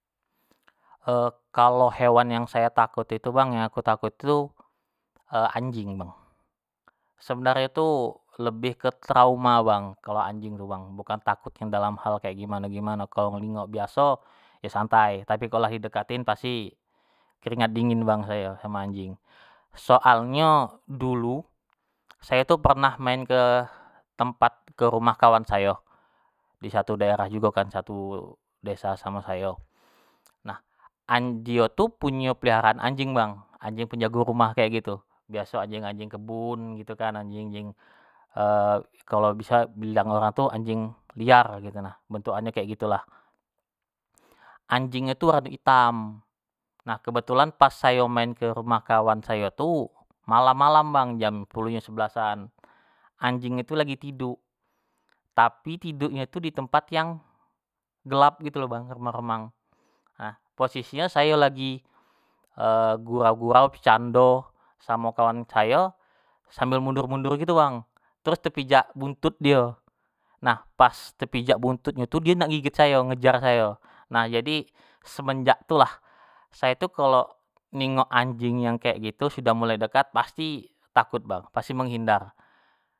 kalo hewan yang sayo takut itu bang yang aku takut itu anjing bang, sebenarnyo tu lebih ke trauma bang kalo anjing tu bukan takut dalam hal kek gimano-gimano kalo ningok biaso yo santai tapi kalo lah di dekatin pasti keringat dingin bang sayo samo anjing, soalnyo dulu sayo tu pernah main ke tempat kerumah kawan sayo, di satu daerah jugo kan satu desa samo sayo, nah anj dio tu punyo peliharoan anjing bang, anjing penjago rumah kek gitu, biaso anjing-anjing kebun gitu kan anjing-anjing kalo bisa bilang orang tu anjing liar gitu nah, bentuk an nyo gitulah, anjing nyo rado itam nah kebetulan sayo main kerumah kawan sayo tu malam-malam bang jam sepuluh jam sebelesan anjing nyo tu lagi tiduk tapi tiduk nyo tu ditempat yang gelap gitu lo bang remang-remang, nah posisinyo sayo lagi gurau-gurau becando samo kawan sayo sambil mundur-mundur gitu bang, terus tepijak buntut dio nah pas tepijak buntut nyo tu dio nak ngigit sayo ngejar sayo nah jadi semenejak tu lah sayo tu kalo ningok anjing yang ke gitu sudah mulai dekat pasti takut bang pasti menghindar.